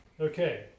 Okay